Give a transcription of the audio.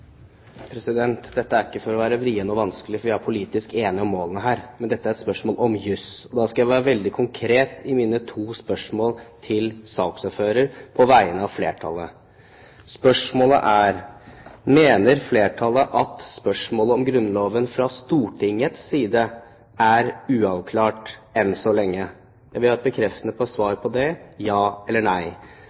vanskelig, for vi er politisk enige om målene her, men dette er et spørsmål om jus. Da skal jeg være veldig konkret i mine to spørsmål til saksordføreren på vegne av flertallet. Det første spørsmålet: Mener flertallet at spørsmålet om Grunnloven fra Stortingets side er uavklart – enn så lenge? Jeg vil ha et bekreftende svar på det – ja eller nei.